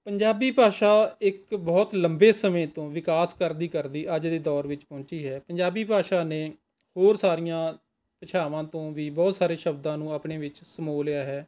ਪੰਜਾਬੀ ਭਾਸ਼ਾ ਇੱਕ ਬਹੁਤ ਲੰਬੇ ਸਮੇਂ ਤੋਂ ਵਿਕਾਸ ਕਰਦੀ ਕਰਦੀ ਅੱਜ ਦੇ ਦੌਰ ਵਿੱਚ ਪਹੁੰਚੀ ਹੈ ਪੰਜਾਬੀ ਭਾਸ਼ਾ ਨੇ ਹੋਰ ਸਾਰੀਆਂ ਭਾਸ਼ਾਵਾਂ ਤੋਂ ਵੀ ਬਹੁਤ ਸਾਰੇ ਸ਼ਬਦਾਂ ਨੂੰ ਆਪਣੇ ਵਿੱਚ ਸਮੋਅ ਲਿਆ ਹੈ